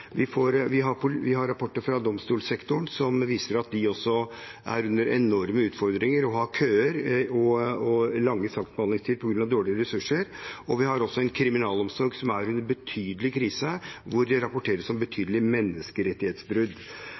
Vi har rapporter fra domstolsektoren som viser at de har enorme utfordringer med køer og lang saksbehandlingstid på grunn av dårlig med ressurser, og vi har også en kriminalomsorg som er i en betydelig krise, hvor det rapporteres om betydelige menneskerettighetsbrudd.